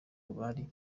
bari